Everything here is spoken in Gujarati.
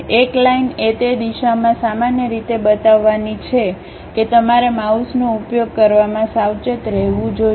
એક લાઈન એ તે દિશામાં સામાન્ય રીતે બતાવવાની છે કે તમારે માઉસનો ઉપયોગ કરવામાં સાવચેત રહેવું જોઈએ